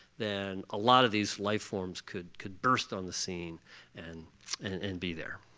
then a lot of these life forms could could burst on the scene and and and be there.